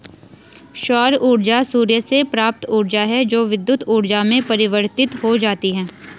सौर ऊर्जा सूर्य से प्राप्त ऊर्जा है जो विद्युत ऊर्जा में परिवर्तित हो जाती है